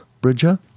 Bridger